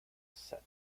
set